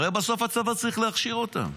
הרי בסוף הצבא צריך להכשיר אותם,